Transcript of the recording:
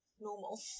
normal